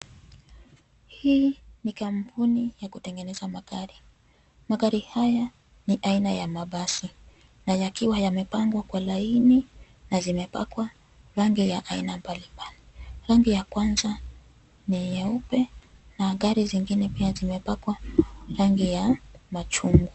Hii ni kampuni yakutengeneza magari. Magari haya ni aina ya mabasi na yakiwa yamepangwa kwa laini na zimepakwa rangi ya aina mbali mbali. Rangi ya kwanza ni nyeupe na gari zingine pia zimepakwa rangi ya machungwa.